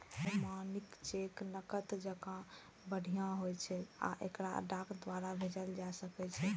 प्रमाणित चेक नकद जकां बढ़िया होइ छै आ एकरा डाक द्वारा भेजल जा सकै छै